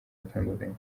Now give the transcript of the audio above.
batandukanye